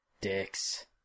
Dicks